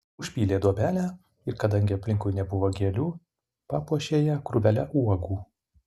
užpylė duobelę ir kadangi aplinkui nebuvo gėlių papuošė ją krūvele uogų